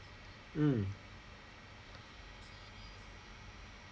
mm